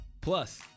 Plus